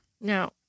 No